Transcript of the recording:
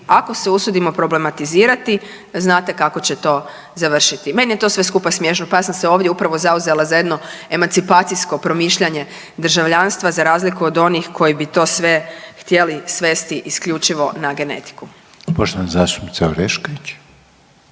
ako se usudimo problematizirati znate kako će to završiti. Meni je sve to skupa smiješno, pa ja sam se ovdje upravo zauzela za jedno emancipacijsko promišljanje državljanstva za razliku od onih koji bi to sve htjeli svesti isključivo na genetiku. **Reiner, Željko